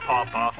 Papa